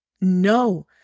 no